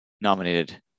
nominated